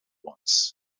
ones